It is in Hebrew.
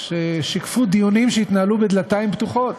ששיקפו דיונים שהתנהלו בדלתיים פתוחות.